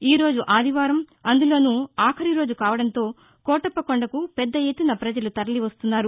ఈ రోజు ఆదివారం అందులోను ఆఖరి రోజు కావడంతో కోటప్పకొండ కు పెద్ద ఎత్తున ప్రజలు తరలి వస్తున్నారు